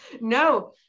No